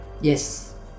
Yes